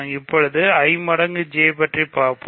இப்போது நான் I மடங்கு J பற்றி பார்ப்போம்